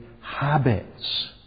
habits